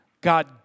God